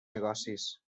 negocis